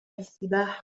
السباحة